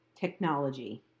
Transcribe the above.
technology